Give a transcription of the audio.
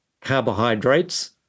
carbohydrates